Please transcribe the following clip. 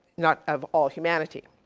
not of all humanity,